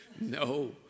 no